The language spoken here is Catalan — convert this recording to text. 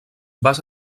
basa